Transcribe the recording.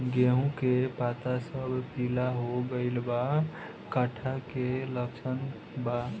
गेहूं के पता सब पीला हो गइल बा कट्ठा के लक्षण बा?